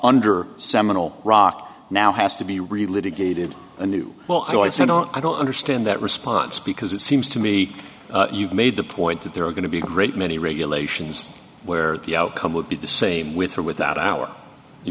under seminal rock now has to be related gaited a new well so i said no i don't understand that response because it seems to me you've made the point that there are going to be a great many regulations where the outcome would be the same with or without our you